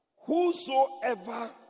whosoever